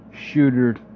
shooter